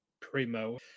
primo